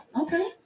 Okay